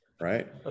right